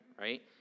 right